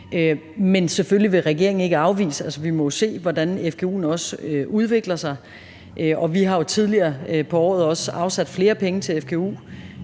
Men selvfølgelig vil regeringen ikke afvise det; altså, vi må også se, hvordan fgu'en udvikler sig, og vi har jo tidligere på året også afsat flere penge til